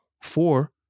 four